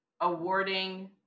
awarding